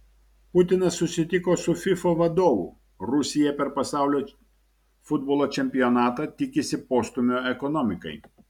putinas susitiko su fifa vadovu rusija per pasaulio futbolo čempionatą tikisi postūmio ekonomikai